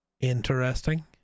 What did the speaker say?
Interesting